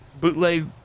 bootleg